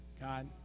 God